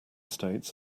states